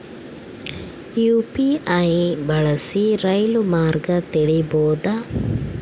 UPI ಬಳಸಿ ರೈಲು ಮಾರ್ಗ ತಿಳೇಬೋದ?